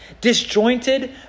disjointed